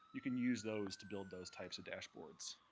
you can use those to build those types of dashboards.